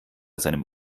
seinem